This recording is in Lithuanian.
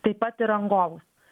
taip pat ir rangovus